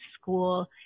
school